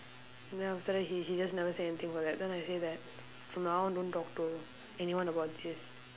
then after that he he just never say anything about that then I say that from now on don't talk to anyone about this